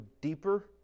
deeper